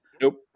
nope